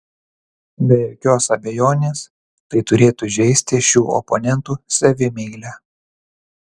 be jokios abejonės tai turėtų žeisti šių oponentų savimeilę